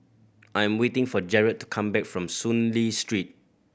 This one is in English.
I am waiting for Jarett to come back from Soon Lee Street